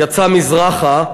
יצא מזרחה,